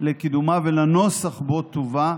לקידומה ולנוסח שבו תובא.